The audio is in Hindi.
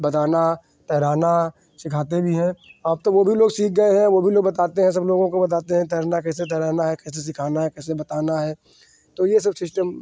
बताना तैराना सिखाते भी हैं अब तो वह भी लोग सीख गए हैं वह भी लोग बताते हैं सब लोगों को बताते हैं तैरना कैसे तैराना है कैसे सिखाना है कैसे बताना है तो यह सब सिस्टम